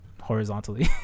horizontally